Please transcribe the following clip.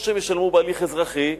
או שהם ישלמו בהליך אזרחי,